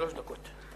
שלוש דקות.